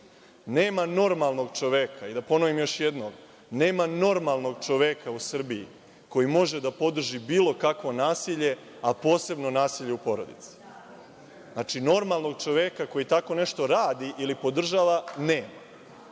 nema normalnog čoveka u Srbiji koji može da podrži bilo kakvo nasilje, a posebno nasilje u porodici. Znači, normalnog čoveka koji tako nešto radi ili podržava